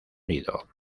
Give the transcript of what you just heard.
nido